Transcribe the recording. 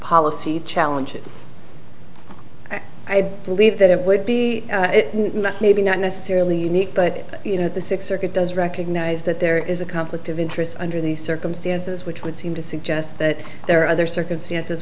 policy challenges i believe that it would be maybe not necessarily unique but you know the six circuit does recognize that there is a conflict of interest under these circumstances which would seem to suggest that there are other circumstances